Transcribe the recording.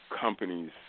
companies